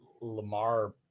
Lamar